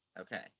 Okay